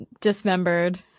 dismembered